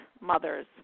mothers